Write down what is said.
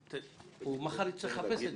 מחר הוא יצטרך לחפש את